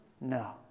No